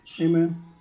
Amen